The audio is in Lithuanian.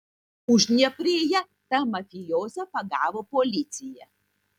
uždnieprėje tą mafijozą pagavo policija